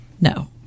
no